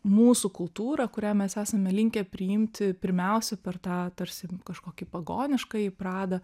mūsų kultūrą kurią mes esame linkę priimti pirmiausia per tą tarsi kažkokį pagoniškąjį pradą